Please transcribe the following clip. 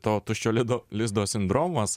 to tuščio lido lizdo sindromas